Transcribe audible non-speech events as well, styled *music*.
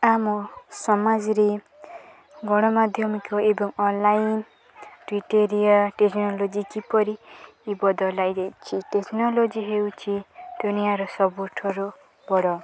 ଆମ ସମାଜରେ ଗଣମାଧ୍ୟମିକ ଏବଂ ଅନ୍ଲାଇନ୍ *unintelligible* ଟେକ୍ନୋଲୋଜି କିପରି ବଦଲାଇ ଯାଇଛି ଟେକ୍ନୋଲୋଜି ହେଉଛିି ଦୁନିଆର ସବୁଠାରୁ ବଡ଼